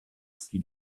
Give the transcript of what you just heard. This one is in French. qui